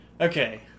Okay